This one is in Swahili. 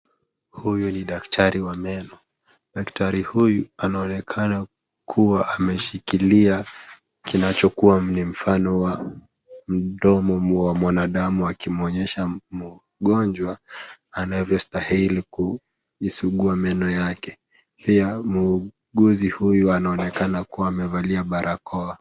Huyu ni daktari wa meno. Daktari huyu anaonekana kuwa ameshikilia kinachokuwa ni mfano wa mdomo wa mwanadamu akimwonyesha mgonjwa anavyostahili kujisugua meno yake. Pia muuguzi huyu anaonekana kuwa amevalia barakoa.